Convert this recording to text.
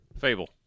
Fable